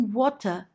water